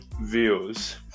views